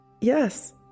yes